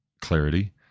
clarity